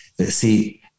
See